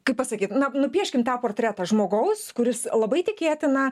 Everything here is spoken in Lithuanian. kaip pasakyt nupieškim tą portretą žmogaus kuris labai tikėtina